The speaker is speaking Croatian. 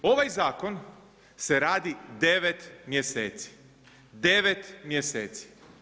Ovaj zakon se radi 9 mjeseci, 9 mjeseci.